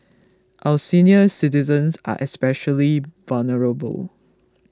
our senior citizens are especially vulnerable